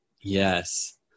Yes